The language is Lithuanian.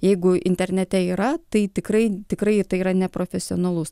jeigu internete yra tai tikrai tikrai tai yra neprofesionalus